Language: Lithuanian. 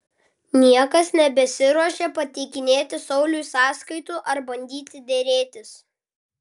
niekas nebesiruošia pateikinėti sauliui sąskaitų ar bandyti derėtis